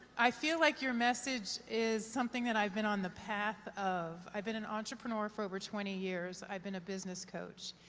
i feel like your message is something that i've on the path of, i've been an entrepreneur for over twenty years, i've been a business coach,